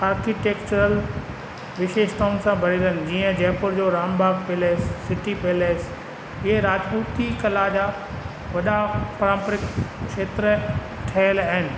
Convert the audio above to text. architecture विशेषताउनि सां भरियल आहिनि जीअं Ram Bagh palace city palace इहे राजपूती कला जा वॾा पारंपरिक खेत्र ठहियलु आहिनि